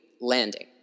landing